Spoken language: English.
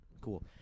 cool